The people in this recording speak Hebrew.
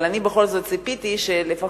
אבל אני בכל זאת ציפיתי שלפחות,